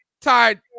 tied